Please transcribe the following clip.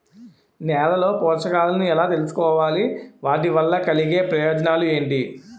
నేలలో పోషకాలను ఎలా తెలుసుకోవాలి? వాటి వల్ల కలిగే ప్రయోజనాలు ఏంటి?